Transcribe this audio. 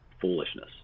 foolishness